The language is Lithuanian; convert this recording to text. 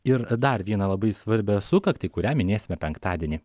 ir dar vieną labai svarbią sukaktį kurią minėsime penktadienį